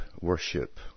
worship